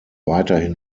weiterhin